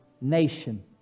nation